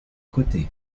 côté